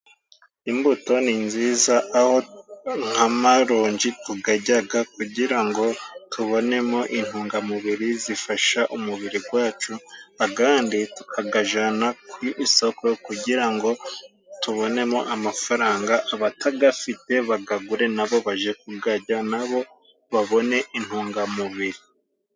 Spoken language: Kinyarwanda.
Imbuto ni nziza, aho nk' amaronji tugajyaga kugira ngo tubonemo intungamubiri zifasha umubiri gwacu, agandi tukagajana ku isoko kugira ngo tubonemo amafaranga, abatagafite bagagure na bo baje kugajya na bo babone intungamubiri.